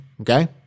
okay